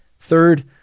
Third